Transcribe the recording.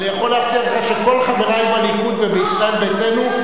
אני יכול להבטיח לך שכל חברי בליכוד ובישראל ביתנו,